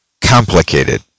complicated